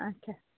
اَچھا